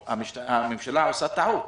הממשלה עושה טעות.